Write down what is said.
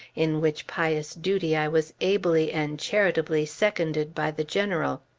in which pious duty i was ably and charitably seconded by the general.